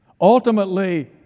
Ultimately